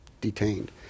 detained